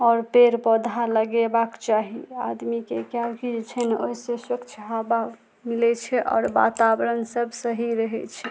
आओर पेड़ पौधा लगेबाक चाही आदमीके किएकि जे छै ने ओहिसे स्वच्छ हवा मिलै छै आओर वातावरण सब सही रहै छै